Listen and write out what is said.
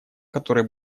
который